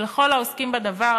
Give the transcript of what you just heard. ולכל העוסקים בדבר,